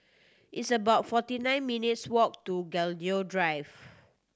it's about forty nine minutes' walk to Gladiola Drive